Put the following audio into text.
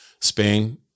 Spain